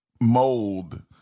mold